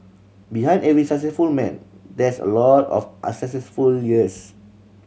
behind every successful man there's a lot of unsuccessful years